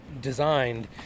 designed